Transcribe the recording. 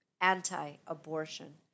anti-abortion